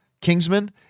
Kingsman